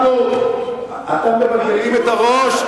אתם מבלבלים את הראש,